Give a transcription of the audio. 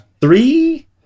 three